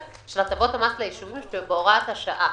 של הטבות המס ליישובים בהוראת השעה.